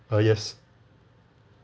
err yes